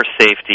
safety